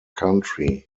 country